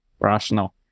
Rational